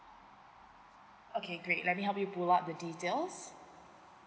okay great let me help you pull out the details